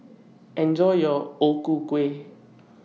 Enjoy your O Ku Kueh